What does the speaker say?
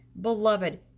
Beloved